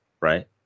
right